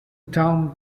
town